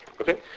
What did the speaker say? Okay